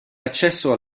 accesso